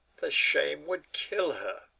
the shame would kill her.